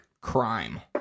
crime